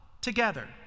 together